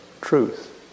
truth